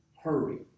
hurry